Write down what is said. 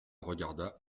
regarda